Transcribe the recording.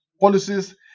policies